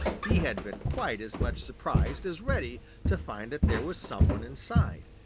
he had been quite as much surprised as reddy to find that there was some one inside,